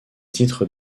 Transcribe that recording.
titres